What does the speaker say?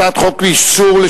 אני קובע שהצעת החוק של